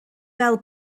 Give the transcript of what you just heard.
fel